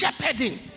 shepherding